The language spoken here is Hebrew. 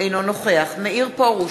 אינו נוכח מאיר פרוש,